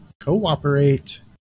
cooperate